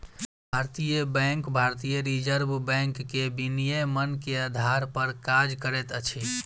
भारतीय बैंक भारतीय reserve bank के विनियमन के आधार पर काज करैत अछि